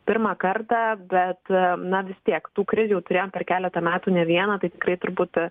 pirmą kartą bet na vis tiek tų krizių turėjom keletą metų ne vieną tai tikrai turbūt